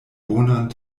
bonan